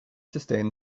sustain